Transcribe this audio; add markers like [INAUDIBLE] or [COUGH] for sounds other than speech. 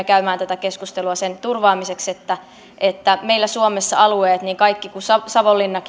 [UNINTELLIGIBLE] käymään tätä keskustelua sen turvaamiseksi että meillä suomessa alueet niin savonlinna [UNINTELLIGIBLE]